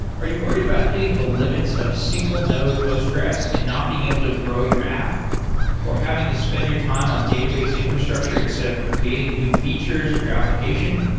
are you worried about hitting the limits of single node postgres and not being able to grow your app or having to spend your time on database infrastructure instead of creating new features for you application?